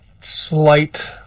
slight